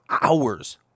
hours